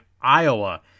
Iowa